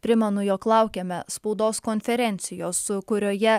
primenu jog laukiame spaudos konferencijos su kurioje